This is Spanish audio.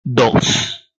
dos